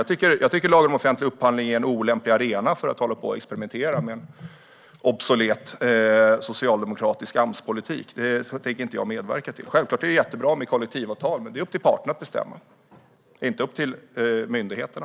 Jag tycker att lagen om offentlig upphandling är en olämplig arena att experimentera med obsolet socialdemokratisk Amspolitik på. Det tänker jag inte medverka till. Det är självklart jättebra med kollektivavtal, men det är upp till parterna att bestämma, inte till myndigheterna.